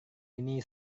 ini